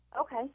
Okay